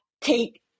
take